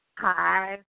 Hi